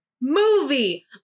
movie